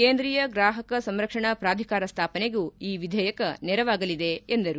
ಕೇಂದ್ರೀಯ ಗ್ರಾಹಕ ಸಂರಕ್ಷಣಾ ಪ್ರಾಧಿಕಾರ ಸ್ಥಾಪನೆಗೂ ಈ ವಿಧೇಯಕ ನೆರವಾಗಲಿದೆ ಎಂದರು